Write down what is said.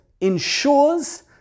ensures